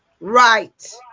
right